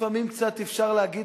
לפעמים קצת אפשר להגיד,